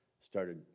started